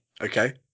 Okay